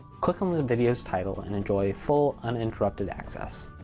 click on the videos title and enjoy full, uninterrupted access.